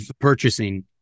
purchasing